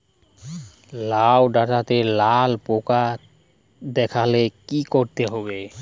লাউ ডাটাতে লাল পোকা দেখালে কি করতে হবে?